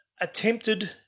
attempted